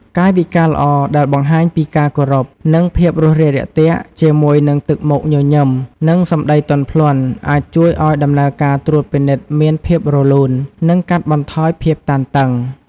កាយវិការល្អដែលបង្ហាញពីការគោរព និងភាពរួសរាយរាក់ទាក់ ជាមួយនឹងទឹកមុខញញឹម និងសម្ដីទន់ភ្លន់ អាចជួយឱ្យដំណើរការត្រួតពិនិត្យមានភាពរលូន និងកាត់បន្ថយភាពតានតឹង។